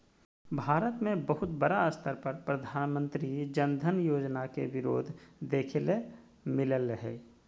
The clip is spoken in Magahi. भारत मे बहुत बड़ा स्तर पर प्रधानमंत्री जन धन योजना के विरोध देखे ले मिललय हें